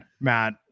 Matt